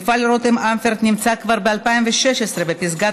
מפעל רותם אמפרט נמצא כבר ב-2016 בפסגת